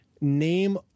Name